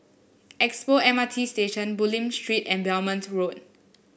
Expo M R T Station Bulim Street and Belmont Road